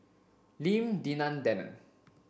Lim Denan Denon